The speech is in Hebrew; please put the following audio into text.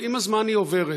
אבל עם הזמן היא עוברת.